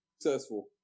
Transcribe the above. successful